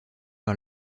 par